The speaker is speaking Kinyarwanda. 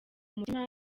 mutima